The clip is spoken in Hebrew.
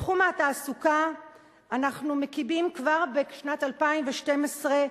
בתחום התעסוקה אנחנו מקימים, כבר בשנת 2012,